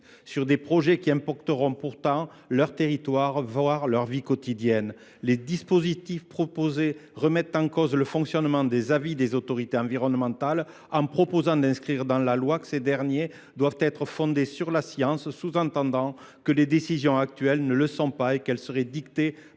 sur des projets qui affecteront pourtant leur territoire, voire leur vie quotidienne. Les dispositifs proposés remettent en cause le dépôt d’avis par les autorités environnementales : il faudrait préciser dans la loi que ces derniers doivent être fondés sur la science… On sous entend ainsi que les décisions actuelles ne le sont pas, et qu’elles seraient dictées